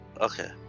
Okay